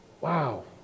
Wow